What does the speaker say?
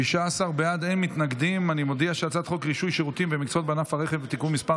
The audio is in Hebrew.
ההצעה להעביר את הצעת חוק רישוי שירותים ומקצועות בענף הרכב (תיקון מס'